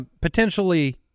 potentially